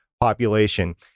population